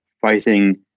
fighting